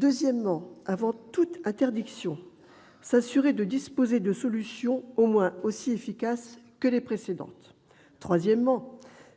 République ; avant toute interdiction, s'assurer de disposer de solutions au moins aussi efficaces que les précédentes ;